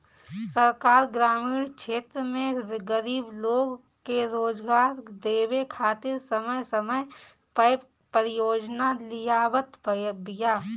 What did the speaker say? सरकार ग्रामीण क्षेत्र में गरीब लोग के रोजगार देवे खातिर समय समय पअ परियोजना लियावत बिया